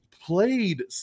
played